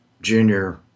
junior